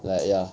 like ya